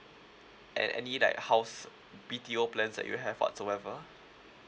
and any like house B_T_O plans that you have whatsoever